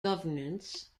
governance